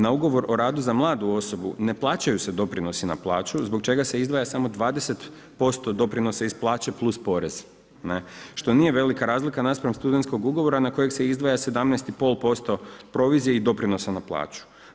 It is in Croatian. Na ugovor o radu za mladu osobu ne plaćaju se doprinosi na plaću zbog čega se izdvaja samo 20% doprinosa iz plaće plus porez, što nije velika razlika naspram studentskog ugovora na kojeg se izdvaja 17.5% provizije i doprinosa na plaću.